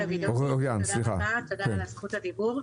תודה על זכות הדיבור.